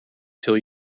till